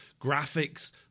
graphics